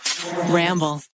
Ramble